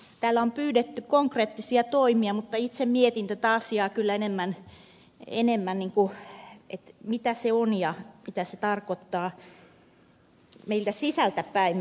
täällä on pyydetty konkreettisia toimia mutta itse mietin tätä asiaa kyllä enemmän siltä kannalta mitä se on ja mitä se tarkoittaa sisältäpäin meiltä palvelujen järjestäjiltä